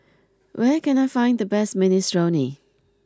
where can I find the best Minestrone